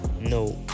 no